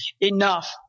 enough